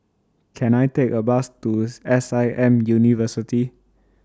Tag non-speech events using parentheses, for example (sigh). Can I Take A Bus to (noise) S I M University